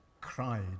cried